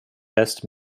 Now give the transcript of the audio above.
best